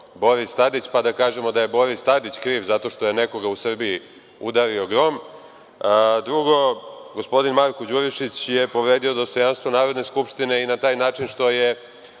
Boris Tadić, pa da kažemo da je Boris Tadić kriv zato što je nekoga u Srbiji udario grom. Drugo, gospodin Marko Đurišić je povredio dostojanstvo Narodne skupštine i na taj način što je